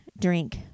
drink